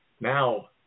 Now